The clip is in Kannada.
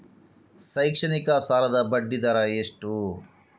ಶೈಕ್ಷಣಿಕ ಸಾಲದ ಬಡ್ಡಿ ದರ ಎಷ್ಟು?